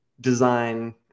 design